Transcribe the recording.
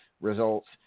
results